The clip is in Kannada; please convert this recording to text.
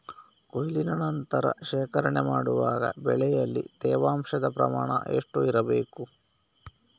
ಕೊಯ್ಲಿನ ನಂತರ ಶೇಖರಣೆ ಮಾಡುವಾಗ ಬೆಳೆಯಲ್ಲಿ ತೇವಾಂಶದ ಪ್ರಮಾಣ ಎಷ್ಟು ಇರಬೇಕು?